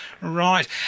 Right